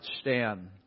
stand